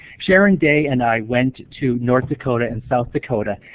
sharon de and i went to north dakota and south dakota,